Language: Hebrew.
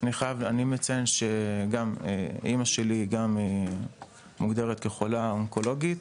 אני מציין שגם אמא שלי מוגדרת כחולה אונקולוגית